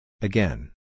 Again